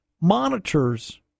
Monitors